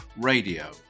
Radio